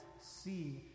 see